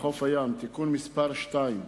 בחוף הים (תיקון מס' 2),